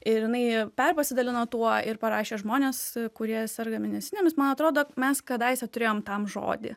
ir jinai perpasidalino tuo ir parašė žmonės kurie serga mėnesinėmis man atrodo mes kadaise turėjom tam žodį